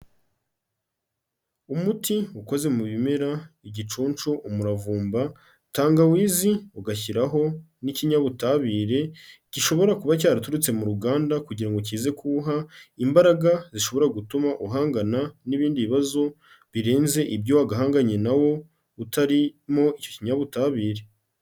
Umuti ukoze mu bimera igicuncu, umuravumba, tangawizi, ugashyiraho n'ikinyabutabire gishobora kuba cyaraturutse mu ruganda kugira ngo kize kuwuha imbaraga zishobora gutuma uhangana n'ibindi bibazo birenze ibyo wagahanganye na wo utarimo icyo ikinyabutabire.